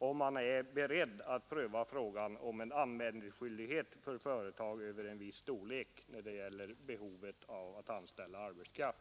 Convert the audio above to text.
frågan om han är beredd att pröva tanken på en anmälningsskyldighet för företag över en viss storlek när det gäller behovet av att anställa arbetskraft.